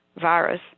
virus